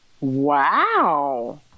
Wow